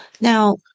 Now